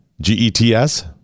G-E-T-S